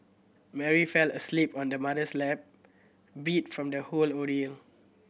Mary fell asleep on her mother's lap beat from the whole ordeal